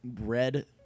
Red